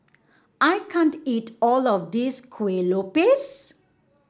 I can't eat all of this Kuih Lopes